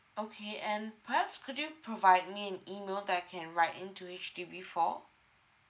okay and perhaps could you provide me an email that I can write in to H_D_B for